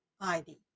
ID